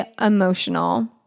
emotional